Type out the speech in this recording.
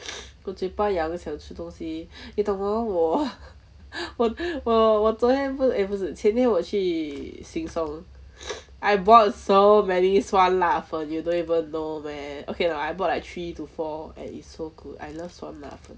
我嘴巴痒想吃东西你懂 orh 我 我我我昨天不 eh 不是前天我去 sheng siong I bought so many 酸辣粉 you don't even know man okay lah I bought like three to four and it's so good I love 酸辣粉